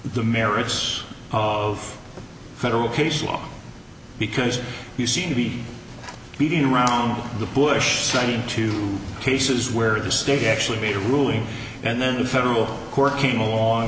the merits of the federal case law because you seem to be beating around the bush trying to cases where the state actually made a ruling and then the federal court came a